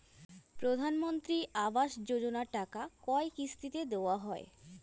প্রধানমন্ত্রী আবাস যোজনার টাকা কয় কিস্তিতে দেওয়া হয়?